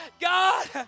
God